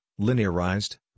linearized